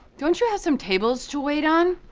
don't you have some tables to wait on?